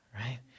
right